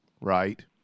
right